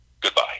Goodbye